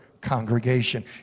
congregation